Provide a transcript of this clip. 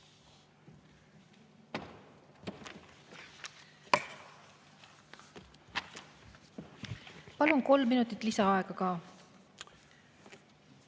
Palun kolm minutit lisaaega ka.